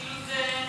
כאילו זה,